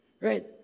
Right